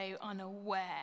unaware